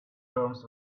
terms